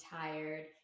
tired